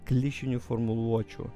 klišinių formuluočių